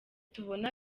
tubona